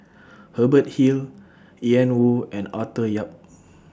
Hubert Hill Ian Woo and Arthur Yap